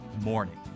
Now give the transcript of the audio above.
morning